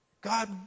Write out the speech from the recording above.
God